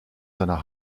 seiner